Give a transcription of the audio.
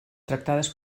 tractades